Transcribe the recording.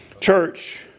Church